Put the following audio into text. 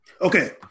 Okay